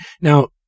Now